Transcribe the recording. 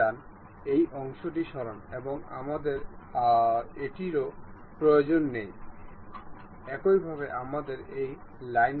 যাইহোক আমরা জানি যে আমরা এই বলটি প্রথম এবং তারপরে এই প্লেনের জন্য ইম্পোর্ট করেছি